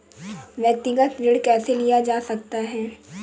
व्यक्तिगत ऋण कैसे लिया जा सकता है?